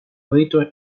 võidu